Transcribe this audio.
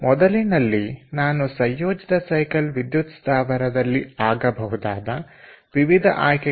ಮೊದಲಿನಲ್ಲಿ ನಾನು ಸಂಯೋಜಿತ ಸೈಕಲ್ ವಿದ್ಯುತ್ ಸ್ಥಾವರದಲ್ಲಿ ಆಗಬಹುದಾದ ವಿವಿಧ ಆಯ್ಕೆಗಳನ್ನು ನೀಡಿದ್ದೆ